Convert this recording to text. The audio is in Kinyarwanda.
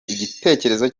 igitekerezo